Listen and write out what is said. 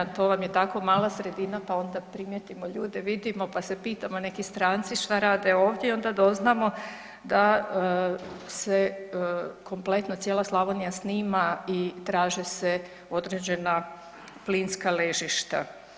To vam je tako mala sredina pa onda primijetimo ljude vidimo, pa se pitamo neki stranci šta rade ovdje i onda doznamo da se kompletno cijela Slavonija snima i traže se određena plinska ležišta.